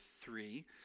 three